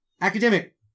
Academic